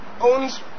owns